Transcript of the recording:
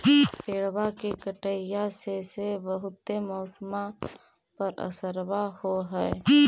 पेड़बा के कटईया से से बहुते मौसमा पर असरबा हो है?